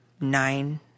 nine